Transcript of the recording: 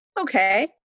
okay